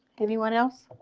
everyone else